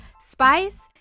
spice